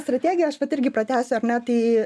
strategiją aš vat irgi pratęsiu ar ne tai